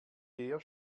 der